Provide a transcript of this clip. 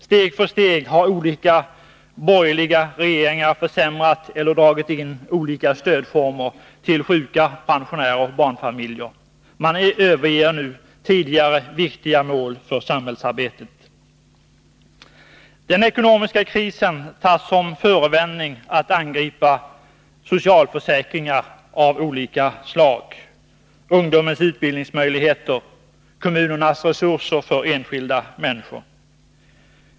Steg för steg har olika borgerliga regeringar försämrat eller dragit in olika stödformer till sjuka, pensionärer och barnfamiljer. Man överger nu tidigare viktiga mål för samhällsarbetet. Den ekonomiska krisen tas som förevändning för att angripa socialförsäkringar av olika slag, ungdomens utbildningsmöjligheter och kommunernas resurser för enskilda människor.